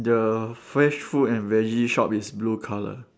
the fresh food and veggie shop is blue color